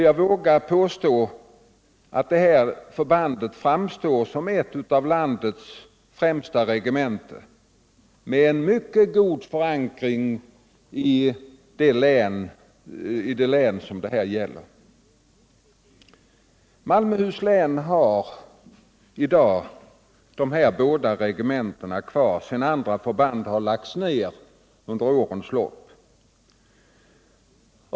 Jag vågar påstå att det här förbandet framstår som ett av landets främsta regementen, med en mycket god förankring i det län det här gäller. Malmöhus län har i dag de här båda regementena kvar sedan andra förband har lagts ned under årens lopp.